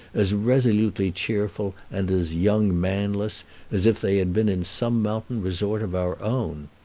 as resolutely cheerful and as young-manless as if they had been in some mountain resort of our own.